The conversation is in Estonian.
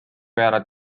peale